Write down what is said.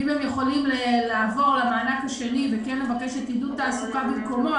ואם הם יכולים לעבור למענק השני וכן לבקש עידוד תעסוקה במקומו,